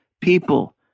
people